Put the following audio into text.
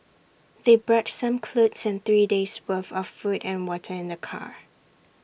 they brought some clothes and three days' worth of food and water in the car